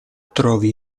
trovi